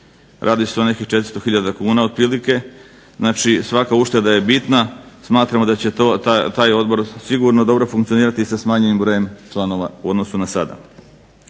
Radi se o nekih 400 hiljada kuna otprilike. Znači, svaka ušteda je bitna. Smatramo da će taj odbor sigurno dobro funkcionirati i sa smanjenim brojem članova u odnosu na sada.